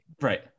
Right